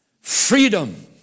Freedom